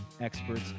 experts